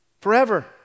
forever